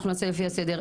אנחנו נעשה זאת לפי הסדר.